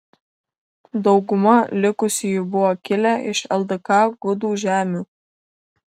dauguma likusiųjų buvo kilę iš ldk gudų žemių